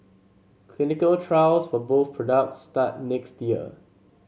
clinical trials for both products start next year